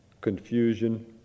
confusion